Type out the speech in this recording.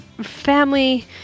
family